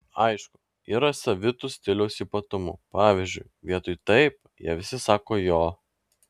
aišku yra savitų stiliaus ypatumų pavyzdžiui vietoj taip jie visi sako jo